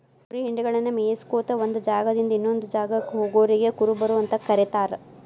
ಕುರಿ ಹಿಂಡಗಳನ್ನ ಮೇಯಿಸ್ಕೊತ ಒಂದ್ ಜಾಗದಿಂದ ಇನ್ನೊಂದ್ ಜಾಗಕ್ಕ ಹೋಗೋರಿಗೆ ಕುರುಬರು ಅಂತ ಕರೇತಾರ